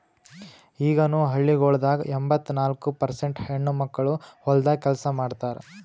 ಈಗನು ಹಳ್ಳಿಗೊಳ್ದಾಗ್ ಎಂಬತ್ತ ನಾಲ್ಕು ಪರ್ಸೇಂಟ್ ಹೆಣ್ಣುಮಕ್ಕಳು ಹೊಲ್ದಾಗ್ ಕೆಲಸ ಮಾಡ್ತಾರ್